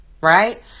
right